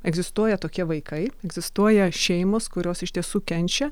egzistuoja tokie vaikai egzistuoja šeimos kurios iš tiesų kenčia